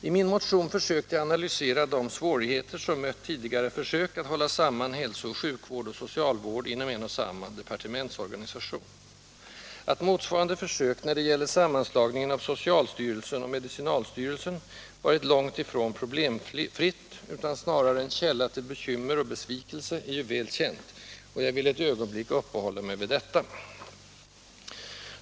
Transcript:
I min motion försökte jag analysera de svårigheter som mött tidigare försök att hålla samman hälsooch sjukvård samt socialvård inom en och samma departementsorganisation. Att motsvarande försök när det gäller sammanslagningen av socialstyrelsen och medicinalstyrelsen varit långt ifrån problemfritt, utan snarare en källa till bekymmer och besvikelse, är ju väl känt, och jag vill ett ögonblick uppehålla mig vid detta.